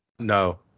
No